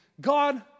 God